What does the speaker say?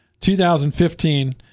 2015